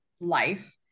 life